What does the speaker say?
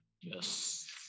Yes